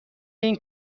این